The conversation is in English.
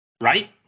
Right